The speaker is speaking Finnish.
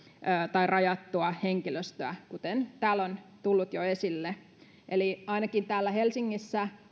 tai rajattua henkilöstöä kuten täällä on tullut jo esille ainakin täällä helsingissä